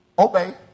obey